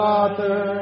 Father